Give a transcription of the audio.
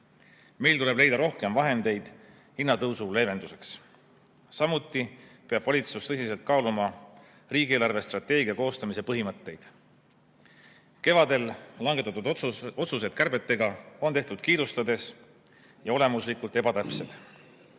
Meil tuleb leida rohkem vahendeid hinnatõusu leevenduseks. Samuti peab valitsus tõsiselt kaaluma riigi eelarvestrateegia koostamise põhimõtteid. Kevadel langetatud kärpeotsused on tehtud kiirustades ja on olemuslikult ebatäpsed.